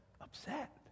upset